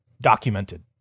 documented